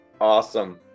awesome